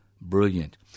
Brilliant